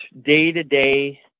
day-to-day